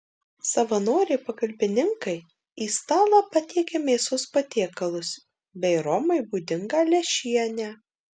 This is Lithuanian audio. savanoriai pagalbininkai į stalą patiekia mėsos patiekalus bei romai būdingą lęšienę